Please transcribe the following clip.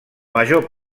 major